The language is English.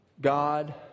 God